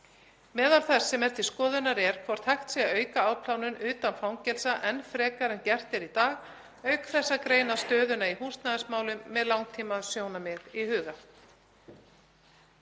Meðal þess sem er til skoðunar er hvort hægt sé að auka afplánun utan fangelsa enn frekar en gert er í dag, auk þess að greina stöðuna í húsnæðismálum með langtímasjónarmið í huga.